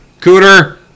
Cooter